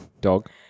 Dog